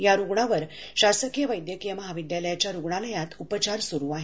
या रुग्णावर शासकीय वैद्यकीय महाविद्यालयाच्या रुग्णालयात उपचार सुरु आहेत